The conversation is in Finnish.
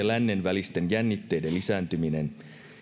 lännen välisten jännitteiden lisääntyminen